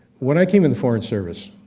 when i came in the foreign service,